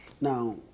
Now